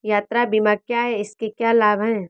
यात्रा बीमा क्या है इसके क्या लाभ हैं?